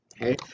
Okay